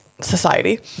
society